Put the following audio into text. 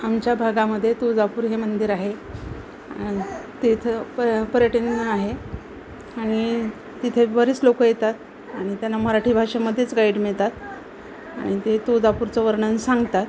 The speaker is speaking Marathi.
आम आमच्या भागामध्ये तुळजापूर हे मंदिर आहे तिथं प पर्यटन आहे आणि तिथे बरेच लोकं येतात आणि त्यांना मराठी भाषेमध्येच गाईड मिळतात आणि ते तुळजापूरचं वर्णन सांगतात